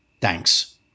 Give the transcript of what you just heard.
Thanks